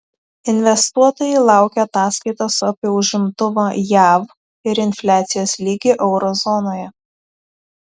investuotojai laukia ataskaitos apie užimtumą jav ir infliacijos lygį euro zonoje